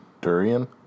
Durian